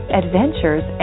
adventures